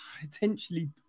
potentially